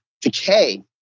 decay